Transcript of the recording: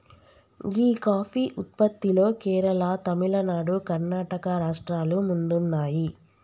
గీ coffee ఉత్పత్తిలో కేరళ, తమిళనాడు, కర్ణాటక రాష్ట్రాలు ముందున్నాయి